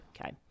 okay